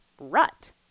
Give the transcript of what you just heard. rut